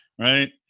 right